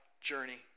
journey